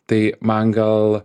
tai man gal